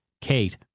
Kate